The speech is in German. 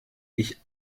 ich